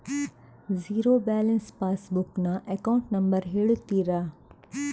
Zero balance passbook ನ account number ಹೇಳುತ್ತೀರಾ?